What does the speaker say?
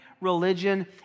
religion